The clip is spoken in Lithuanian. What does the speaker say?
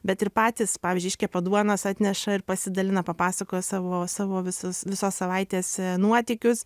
bet ir patys pavyzdžiui iškepa duonos atneša ir pasidalina papasakoja savo savo visus visos savaitės nuotykius